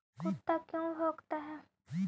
कुत्ता क्यों भौंकता है?